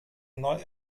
neu